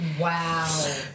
Wow